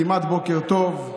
כמעט בוקר טוב.